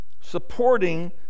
supporting